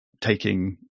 taking